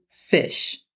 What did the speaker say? Fish